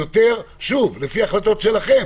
שוב, לפי ההחלטות שלכם